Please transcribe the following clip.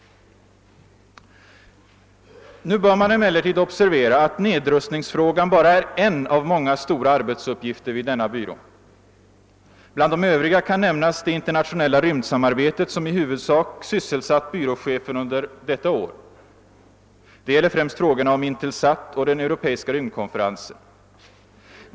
Man bör emellertid observera att nedrustningsfrågan bara är en av många stora arbetsuppgifter vid denna byrå. Bland de övriga kan nämnas det internationella rymdsamarbetet som i huvudsak sysselsatt den ifrågavarande byråchefen under detta år. Det gäller främst frågorna om Intelsat och den europeiska rymdkonferensen.